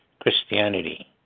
Christianity